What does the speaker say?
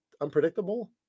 unpredictable